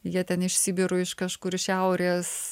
jie ten iš sibirų iš kažkur iš šiaurės